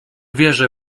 wierzę